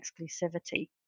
exclusivity